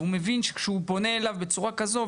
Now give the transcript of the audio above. והוא מבין שכשהוא פונה אליו בצורה כזו,